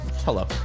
Hello